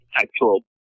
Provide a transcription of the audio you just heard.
actual